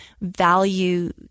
value